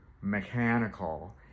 mechanical